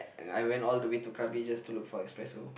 I went all the way to krabi just to look for espresso